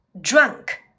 drunk